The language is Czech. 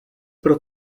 pro